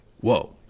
whoa